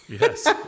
Yes